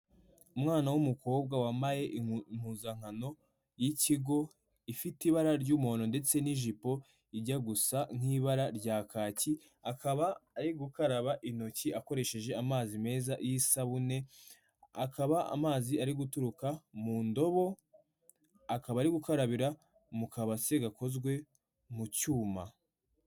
Umwana w'umukobwa wambaye impuzankano y'ikigo, ifite ibara ry'umuhodo ndetse n'ijipo ijya gusa nk'ibara rya kaki, akaba ari gukaraba intoki akoresheje amazi meza y'isabune, akaba amazi ari guturuka mu ndobo, akaba ari gukarabira mu kabase gakozwe mu cyuma.